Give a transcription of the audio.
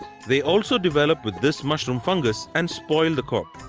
they also develop with this mushroom fungus and spoil the crop.